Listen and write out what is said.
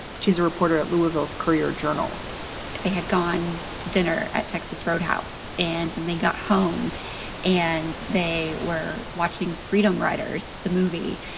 she's a reporter at louisville's courier journal they had gone to dinner at texas roadhouse and then they got home and they were watching freedom riders, the movie.